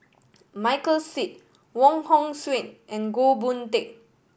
Michael Seet Wong Hong Suen and Goh Boon Teck